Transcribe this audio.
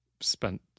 spent